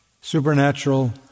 supernatural